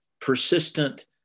persistent